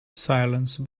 silence